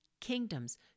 kingdoms